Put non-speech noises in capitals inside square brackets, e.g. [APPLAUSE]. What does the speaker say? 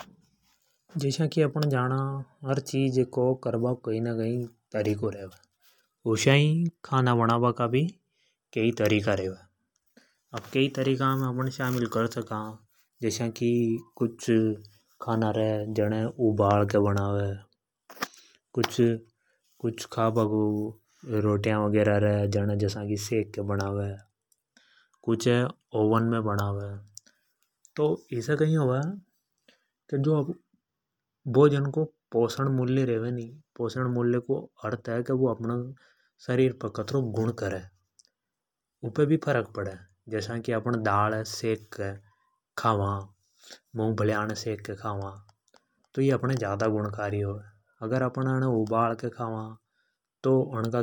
﻿जैसा कि अपन जाना हर चीज को कर बा को कोई ना कोई तरीको रेवे। उषयाई खाना बनाबा का भी कई तरीका रेवे। कुछ खाना रे जने उबाल के [NOISE] बनावे कुछ रोटिया रे जने सेक के बनावे। कुछ है ओवेन मे बनावे। तो इसे कई होवे की जो अब भोजन को पोषण मूल्य रेवे नि। पोषण मूल्य को अर्थ है की भोजन शरीर पे कतरो गुण करे उपे भी फरक पड़े। जसा की अपण दाल है सेक के खावा मूंगफलीया ने सेक के खावा तो यह ज्यादा गुणकारी होवे। अगर अने उबाल के खावा तो अनका